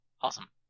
awesome